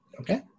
Okay